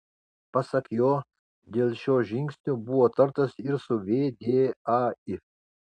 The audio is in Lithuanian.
pasak jo dėl šio žingsnio buvo tartasi ir su vdai